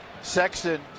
Sexton